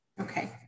Okay